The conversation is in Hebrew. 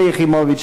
שלי יחימוביץ,